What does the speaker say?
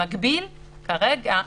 במקביל, כרגע,